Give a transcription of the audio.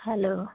hello